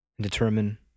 Determine